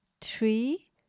three